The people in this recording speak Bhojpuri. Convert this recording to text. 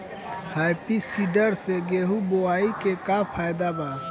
हैप्पी सीडर से गेहूं बोआई के का फायदा बा?